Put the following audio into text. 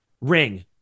ring